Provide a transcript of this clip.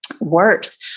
works